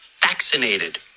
vaccinated